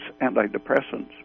antidepressants